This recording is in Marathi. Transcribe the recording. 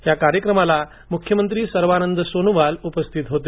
या कार्यक्रमाला मुख्यमंत्री सर्वानंद सोनोवाल उपस्थित होते